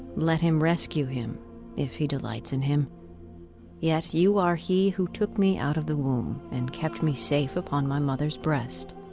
let him rescue him if he delights in him yet you are he who took me out of the womb and kept me safe upon my mother's breast.